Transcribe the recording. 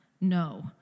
no